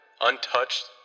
untouched